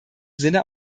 sinne